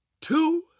two